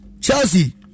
Chelsea